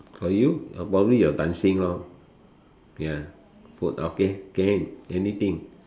for you probably your dancing lor ya food okay can anything